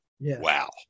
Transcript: Wow